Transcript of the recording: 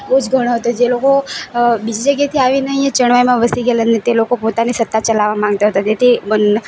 બહુ જ ઘણો હતો જે લોકો બીજી જગ્યાએથી આવીને અહીં ચણવાઈમાં વસી ગયેલા અને તે લોકો પોતાની સત્તા ચલાવવા માગતા હતા તેથી બને